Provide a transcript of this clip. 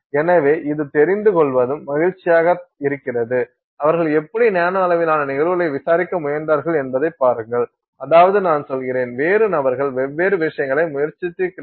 எனவே இது தெரிந்து கொள்வதும் மகிழ்ச்சியாக இருக்கிறது அவர்கள் எப்படி நானோ அளவிலான நிகழ்வுகளை விசாரிக்க முயன்றார்கள் என்பதைப் பாருங்கள் அதாவது நான் சொல்கிறேன் வெவ்வேறு நபர்கள் வெவ்வேறு விஷயங்களை முயற்சித்திருக்கிறார்கள்